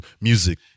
music